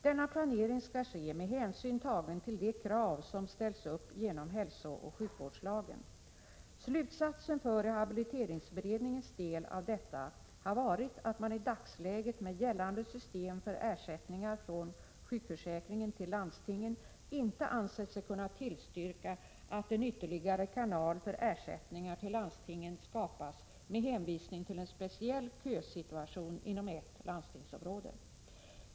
Denna planering skall ske med hänsyn tagen till de krav som ställs upp genom hälsooch sjukvårdslagen. Slutsatsen för rehabiliteringsberedningens del av detta har varit att man i dagsläget, med gällande system för ersättningar från sjukförsäkringen till landstingen, inte ansett sig kunna tillstyrka att en ytterligare kanal för ersättningar till landstingen skapas med hänsvisning till en speciell kösituation inom ett landstingsområde.